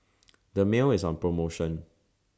Dermale IS on promotion